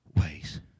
ways